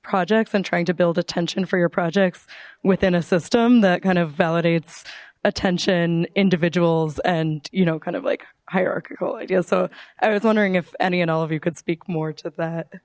projects and trying to build attention for your projects we in a system that kind of validates attention individuals and you know kind of like hierarchical idea so i was wondering if any and all of you could speak more to that